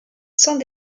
sans